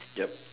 yup